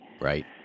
Right